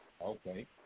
Okay